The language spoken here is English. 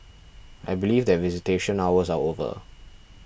I believe that visitation hours are over